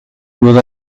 with